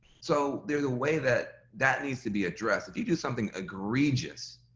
so there's a way that that needs to be addressed, if you do something egregious,